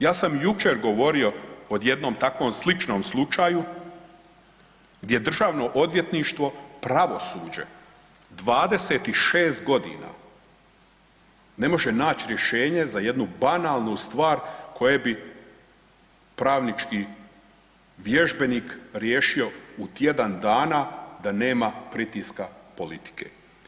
Ja sam jučer govorio o jednom takovom sličnom slučaju, gdje državno odvjetništvo, pravosuđe 26 godina ne može naći rješenje za jednu banalnu stvar koju bi pravnički vježbenik riješio u tjedan dana da nema pritiska politike.